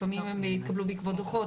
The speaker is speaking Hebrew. לפעמים הם התקבלו בעקבות דוחות,